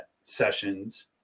sessions